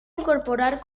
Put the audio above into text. incorporar